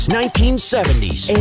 1970s